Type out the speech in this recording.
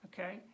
Okay